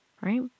Right